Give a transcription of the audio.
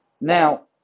Now